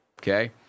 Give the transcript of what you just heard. Okay